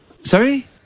Sorry